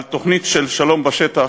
על תוכנית של שלום בשטח,